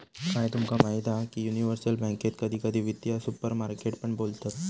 काय तुमका माहीत हा की युनिवर्सल बॅन्केक कधी कधी वित्तीय सुपरमार्केट पण बोलतत